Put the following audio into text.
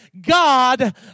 God